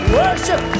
worship